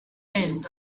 tent